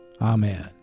Amen